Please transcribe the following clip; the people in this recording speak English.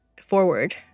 forward